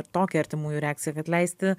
tokią artimųjų reakciją kad leisti